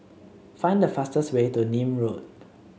find the fastest way to Nim Road